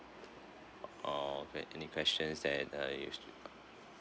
oh okay any questions that you used to